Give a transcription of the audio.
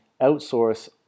outsource